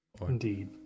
Indeed